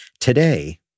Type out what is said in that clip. Today